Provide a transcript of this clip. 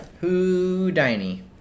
Houdini